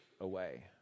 away